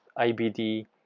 IBD